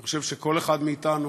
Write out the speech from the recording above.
אני חושב שכל אחד מאתנו,